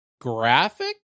graphic